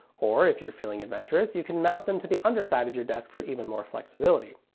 or, if you're feeling adventurous, you can mount them to the underside of your desk for even more flexibility.